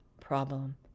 problem